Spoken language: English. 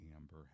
Amber